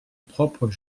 propre